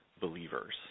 believers